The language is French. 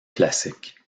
classique